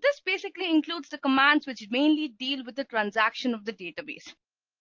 this basically includes the commands which mainly deal with the transaction of the database